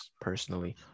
personally